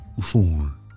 Four